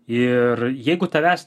ir jeigu tavęs